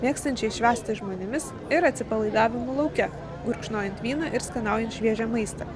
mėgstančiais švęsti žmonėmis ir atsipalaidavimu lauke gurkšnojant vyną ir skanaujant šviežią maistą